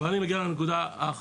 אבל אני מגיע לנקודה האחרונה,